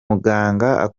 akurikirana